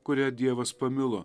kurią dievas pamilo